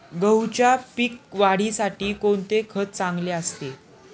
गहूच्या पीक वाढीसाठी कोणते खत चांगले असते?